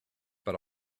but